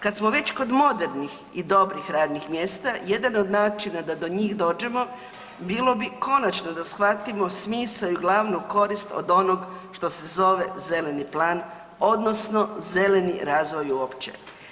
Kada smo već kod modernih i dobrih radnih mjesta jedan od načina da do njih dođemo bilo bi konačno da shvatimo smisao i glavnu korist od onog što se zove zeleni plan odnosno zeleni razvoj uopće.